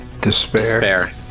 despair